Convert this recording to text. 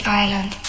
island